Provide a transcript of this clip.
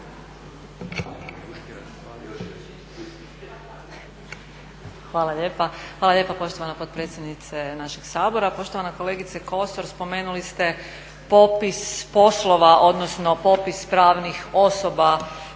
Sonja (HNS)** Hvala lijepa poštovana potpredsjednice našeg Sabora. Poštovana kolegice Kosor, spomenuli ste popis poslova, odnosno popis pravnih osoba